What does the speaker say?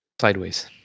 sideways